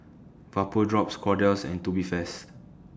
Vapodrops Kordel's and Tubifast